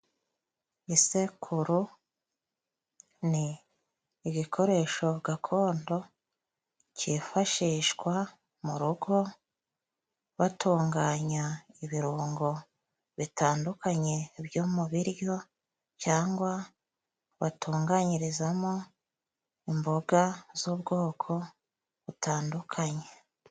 Isekuru ni igikoresho gakondo, cyifashishwa mu rugo batunganya ibirungo bitandukanye byo mu biryo, cyangwa batunganyirizamo imboga z'ubwoko butandukanye.